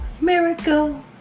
Miracle